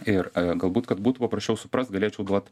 ir galbūt kad būtų paprasčiau suprast galėčiau duot